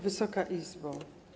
Wysoka Izbo!